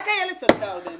רק עוד אין איילת צדקה ...